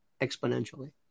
exponentially